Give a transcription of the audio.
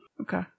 okay